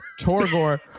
Torgor